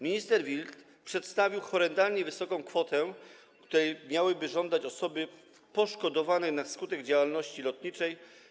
Minister Wild przedstawił horrendalnie wysoką kwotę, której miałyby żądać osoby poszkodowane na skutek działalności lotniczej.